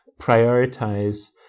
prioritize